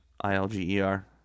I-L-G-E-R